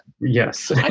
Yes